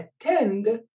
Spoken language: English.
attend